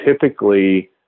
typically